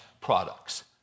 products